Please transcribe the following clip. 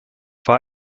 war